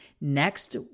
Next